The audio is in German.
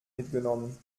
mitgenommen